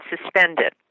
suspended